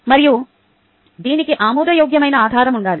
మరియు దీనికి ఆమోదయోగ్యమైన ఆధారం ఉండాలి